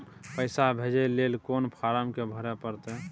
पैसा भेजय लेल कोन फारम के भरय परतै?